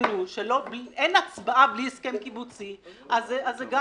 לדרישתנו שאין הצבעה בלי הסכם קיבוצי אז זה גם אליכם.